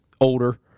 older